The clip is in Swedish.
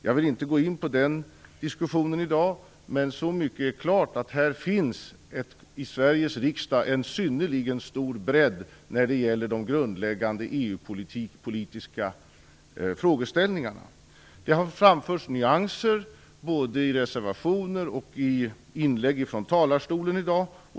Jag vill inte gå in på den diskussionen i dag, men så mycket är klart som att det i Sveriges riksdag finns en synnerligen stor bredd när det gäller de grundläggande EU-politiska frågeställningarna. Det har framförts nyanser, både i reservationer och i inlägg från talarstolen i dag.